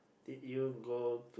did you go